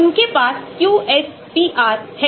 उनके पास QSPR है